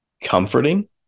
comforting